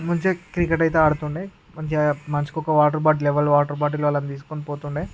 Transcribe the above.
మంచిగా క్రికెట్ అయితే ఆడుతుండే మంచిగా మనిషికి ఒక వాటర్ బాటిల్ ఒక ఎవరి వాటర్ బాటిల్ వాళ్ళు తీసుకొని పోతుండే